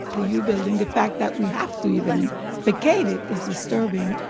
the u building. the fact that we have to even vacate it is disturbing,